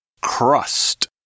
Crust